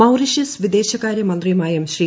Mauritius വിദേശകാരി ്മ്യന്തിയുമായും ശ്രീ